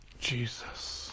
jesus